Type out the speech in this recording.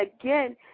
again